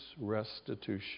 restitution